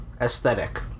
aesthetic